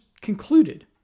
concluded